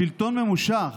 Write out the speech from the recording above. שלטון ממושך,